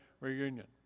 reunion